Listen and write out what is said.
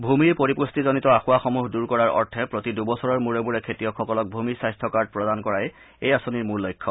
ভূমিৰ পৰিপুট্টিজনিত আসোঁৱাহসমূহ দূৰ কৰাৰ অৰ্থে প্ৰতি দুবছৰৰ মূৰে মূৰে খেতিয়কসকলক ভূমি স্বাস্থ্য কাৰ্ড প্ৰদান কৰাই এই আঁচনিৰ মূল লক্ষ্য